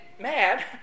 mad